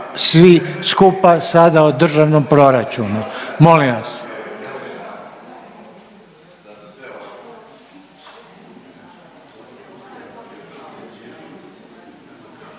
svi skupa sada o državnom proračunu molim vas.